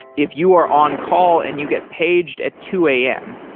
if you are on-call and you get paged at two am,